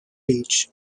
beach